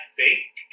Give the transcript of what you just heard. fake